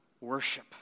worship